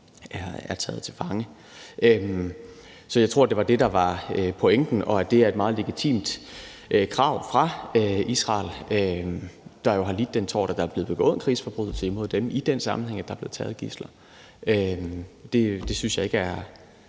er taget til fange. Så jeg tror, det var det, der var pointen. Og det er et meget legitimt krav fra Israel, der jo har lidt den tort, at der er blevet begået en krigsforbrydelse imod dem i den sammenhæng, at der er blevet taget gidsler. Det synes jeg ikke er